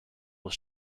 was